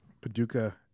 Paducah